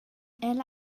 ella